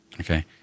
Okay